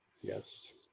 Yes